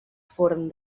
forn